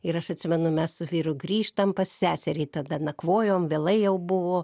ir aš atsimenu mes su vyru grįžtam pas seserį tada nakvojom vėlai jau buvo